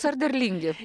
ar derlingi